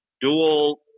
dual